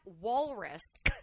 walrus